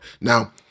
Now